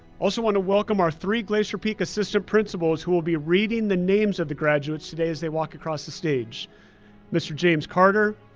also wanna welcome our three glacier peak assistant principals who will be reading the names of the graduates today as they walk across the stage mr. james carter,